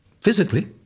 Physically